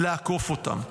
לעקוף אותם.